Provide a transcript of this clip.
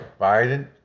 Biden